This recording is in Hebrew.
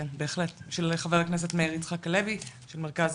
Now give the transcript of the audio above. כן, בהחלט, של חבר הכנסת מאיר יצחק הלוי, של מרכז